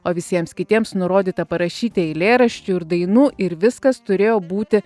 o visiems kitiems nurodyta parašyti eilėraščių ir dainų ir viskas turėjo būti